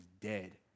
dead